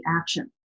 action